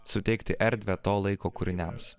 suteikti erdvę to laiko kūriniams